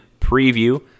preview